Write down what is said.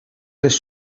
les